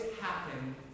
happen